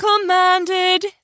commanded